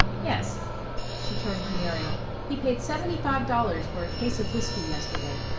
yes she turned to muriel he paid seventy-five dollars for a case of whiskey yesterday.